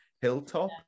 hilltop